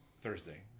Thursday